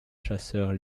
chasseur